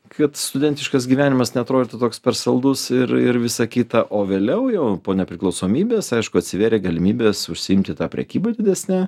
kad studentiškas gyvenimas neatrodytų toks per saldus ir ir visa kita o vėliau jau po nepriklausomybės aišku atsivėrė galimybės užsiimti ta prekyba didesne